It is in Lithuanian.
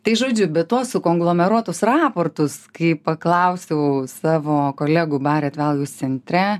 tai žodžiu bet tuos konglomeratus raportus kai paklausiau savo kolegų barėt valjūs centre